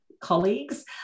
colleagues